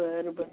बरं बरं